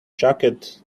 jacket